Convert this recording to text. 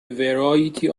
variety